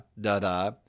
da-da